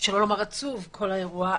שלא לומר עצוב, כל האירוע.